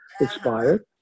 expired